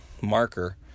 marker